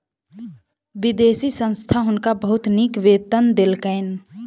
विदेशी संस्था हुनका बहुत नीक वेतन देलकैन